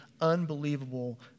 unbelievable